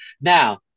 Now